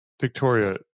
Victoria